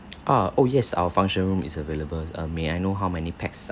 uh oh yes our function room is available err may I know how many pax